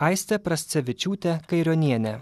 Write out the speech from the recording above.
aistė prascevičiūtė kairionienė